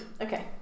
Okay